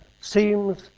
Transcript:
seems